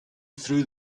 through